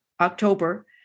October